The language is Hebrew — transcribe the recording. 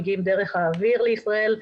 מגיעים דרך האוויר לישראל.